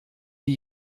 die